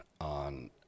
on